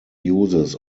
uses